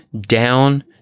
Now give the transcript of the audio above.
down